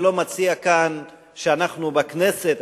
אני לא מציע כאן שאנחנו בכנסת,